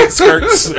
skirts